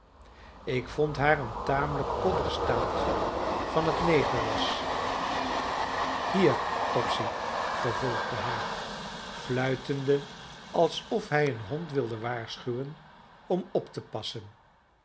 ik vond haar een tamelijk koddig staaltje van het negerras hier topsy vervolgde hij fluitende alsof hij een hond wilde waarschuwen om op te passen